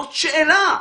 זאת שאלה.